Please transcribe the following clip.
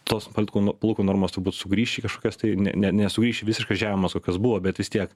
tos ant kūno plaukų normos turbūt sugrįš į kažkokias tai ne ne nesugrįš į visiškas žemumas kokios buvo bet vis tiek